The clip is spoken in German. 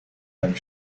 beim